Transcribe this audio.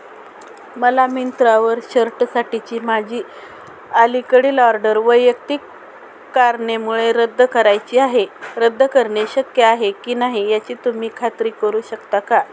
मला मिंत्रा वर शर्ट साठीची माझी अलीकडील ऑर्डर वैयक्तिक कारणामुळे रद्द करायची आहे रद्द करणे शक्य आहे की नाही याची तुम्ही खात्री करू शकता का